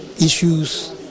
issues